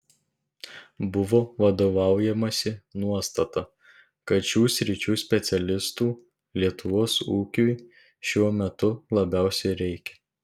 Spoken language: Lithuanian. buvo vadovaujamasi nuostata kad šių sričių specialistų lietuvos ūkiui šiuo metu labiausiai reikia